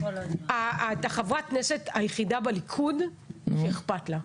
את חברת הכנסת היחידה בליכוד שאכפת לה.